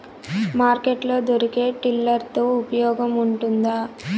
Market లో దొరికే tiller తో ఉపయోగం ఉంటుందా?